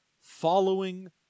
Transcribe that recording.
following